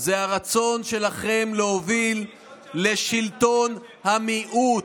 זה הרצון שלכם להוביל לשלטון המיעוט.